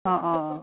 অ অ